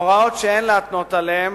הוראות שאין להתנות עליהן,